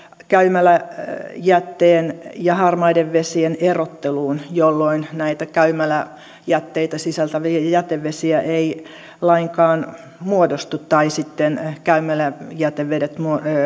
käymäläjätteen ja harmaiden vesien erotteluun jolloin näitä käymäläjätteitä sisältäviä jätevesiä ei lainkaan muodostu tai sitten käymäläjätevedet